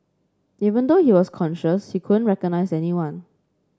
even though he was conscious he couldn't recognise anyone